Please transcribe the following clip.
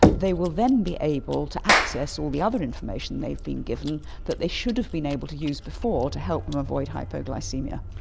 they will then be able to access all the other information they've been given that they should have been able to use before to help them avoid hypoglycaemia.